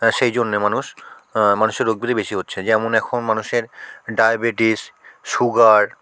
সেই জন্যে মানুষ মানুষের রোগ ব্যাধি বেশি হচ্ছে যেমন এখন মানুষের ডায়বেটিস সুগার